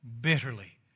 bitterly